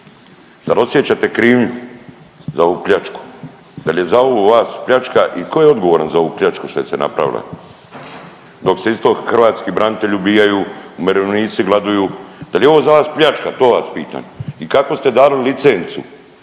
li osjećate krivnju za ovu pljačku? Je li za ovo vas pljačka i tko je odgovoran za ovu pljačku šta je se napravila dok se isto hrvatski branitelji ubijaju, umirovljenici gladuju, da li je za vas ovo pljačka to vas pitam? I kako ste dali licencu,